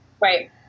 Right